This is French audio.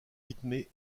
rythmée